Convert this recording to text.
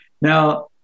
Now